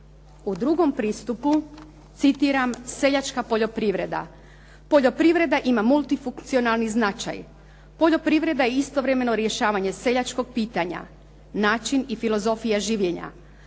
U drugom pristupu, citiram, seljačka poljoprivreda. Poljoprivreda ima multifunkcionalni značaj. Poljoprivreda je istovremeno rješavanje seljačkog pitanja, način i filozofija življenja.